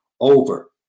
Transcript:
over